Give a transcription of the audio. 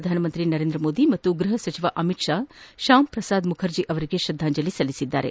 ಪ್ರಧಾನಮಂತ್ರಿ ನರೇಂದ್ರ ಮೋದಿ ಹಾಗೂ ಗೃಪ ಸಚಿವ ಅಮಿತ್ ಷಾ ಶ್ವಾಮ್ ಪ್ರಸಾದ್ ಮುಖರ್ಜ ಅವರಿಗೆ ತ್ರದ್ಯಾಂಜಲಿ ಸಲ್ಲಿಸಿದ್ದಾರೆ